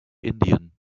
indien